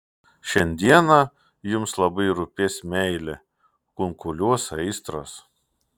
šiandieną jums labai rūpės meilė kunkuliuos aistros